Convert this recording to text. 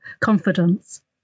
confidence